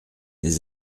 les